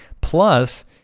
Plus